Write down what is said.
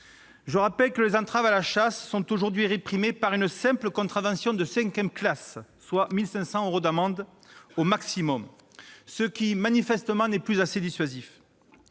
Je rappelle que les entraves à la chasse sont aujourd'hui réprimées par une simple contravention de cinquième classe, soit une amende de 1 500 euros au maximum, ce qui, manifestement, n'est plus assez dissuasif.